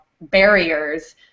barriers